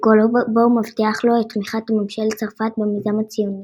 בו הוא מבטיח לו את תמיכת ממשלת צרפת במיזם הציוני